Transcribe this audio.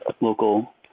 local